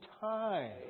time